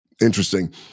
Interesting